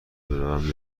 بروم